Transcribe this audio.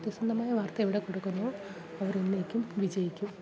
സത്യസന്ധമായ വാർത്ത എവിടെ കൊടുക്കുന്നോ അവരെന്നേക്കും വിജയിക്കും